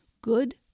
good